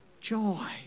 Joy